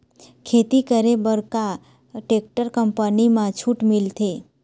खेती करे बर का टेक्टर कंपनी म छूट मिलथे?